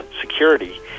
security